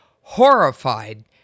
horrified